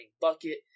bucket